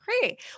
Great